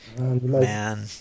Man